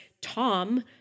Tom